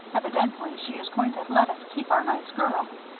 evidently, she is going to let us keep our nice girl.